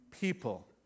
people